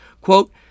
Quote